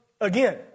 again